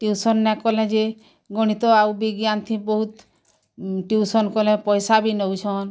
tuition ନାଇ କଲେ ଯେ ଗଣିତ ଆଉ ବିଜ୍ଞାନ ଥି ବହୁତ ଟିଉସନ୍ କଲେ ପଇସା ବି ନଉଛନ୍